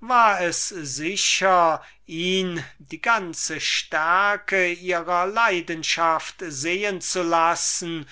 war es sicher ihn die ganze stärke ihrer leidenschaft sehen zu lassen